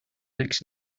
next